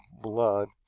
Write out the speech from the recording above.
blood